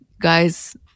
guys